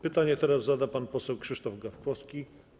Pytanie teraz zada pan poseł Krzysztof Gawkowski.